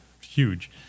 huge